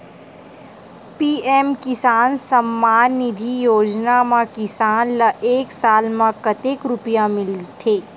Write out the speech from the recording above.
PM Kisan Samman Nidhi योजना म किसान ल एक साल म कतेक रुपिया मिलथे?